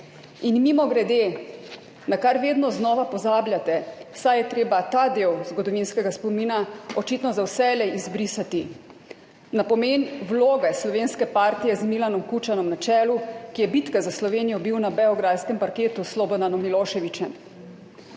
In mimogrede, na kar vedno znova pozabljate, saj je treba ta del zgodovinskega spomina očitno za vselej izbrisati, na pomen vloge slovenske partije z Milanom Kučanom na čelu, ki je bitko za Slovenijo bil na beograjskem parketu s Slobodanom Miloševićem.